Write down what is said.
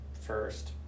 first